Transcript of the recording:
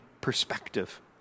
perspective